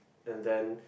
and then